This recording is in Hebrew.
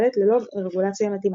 ופועלת ללא רגולציה מתאימה.